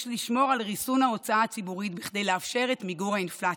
יש לשמור על ריסון ההוצאה הציבורית כדי לאפשר את מיגור האינפלציה.